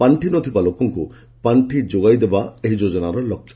ପାଣ୍ଠି ନଥିବା ଲୋକଙ୍କୁ ପାଖି ଯୋଗାଇଦେବା ଏହି ଯୋଜନାର ଲକ୍ଷ୍ୟ